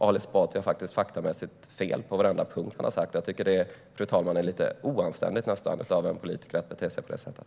Ali Esbati har faktamässigt fel på varenda punkt han har nämnt. Jag tycker, fru talman, att det nästan är lite oanständigt av en politiker att bete sig på det sättet.